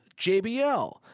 JBL